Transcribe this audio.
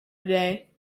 today